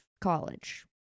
college